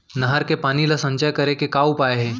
नहर के पानी ला संचय करे के का उपाय हे?